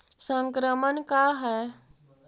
संक्रमण का है?